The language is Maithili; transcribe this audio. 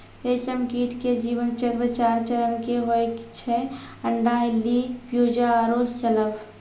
रेशम कीट के जीवन चक्र चार चरण के होय छै अंडा, इल्ली, प्यूपा आरो शलभ